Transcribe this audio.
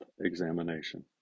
examination